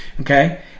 okay